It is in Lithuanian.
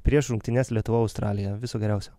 prieš rungtynes lietuva australija viso geriausio